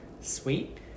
Sweet